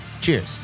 Cheers